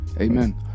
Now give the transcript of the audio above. amen